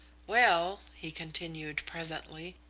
well, he continued presently,